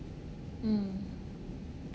mm